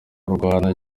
rwanda